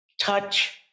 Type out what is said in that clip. touch